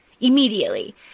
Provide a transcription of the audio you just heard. immediately